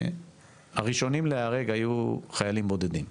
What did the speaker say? הראשונים להיהרג היו חיילים בודדים.